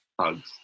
hugs